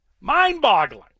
Mind-boggling